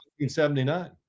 1979